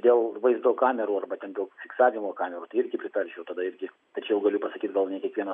dėl vaizdo kamerų arba ten dėl fiksavimo kamerų tai irgi pritarčiau tada irgi tačiau galiu pasakyt gal ne kiekvienas